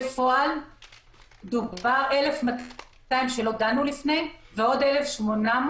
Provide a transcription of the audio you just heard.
בפועל מדובר על 1,200 שלא דנו לפני ועוד 1,800